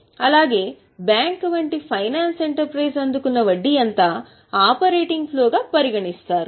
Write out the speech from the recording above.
అలాగే బ్యాంకు వంటి finance enterprise అందుకున్న వడ్డీ అంతా ఆపరేటింగ్ ఫ్లో గా పరిగణిస్తారు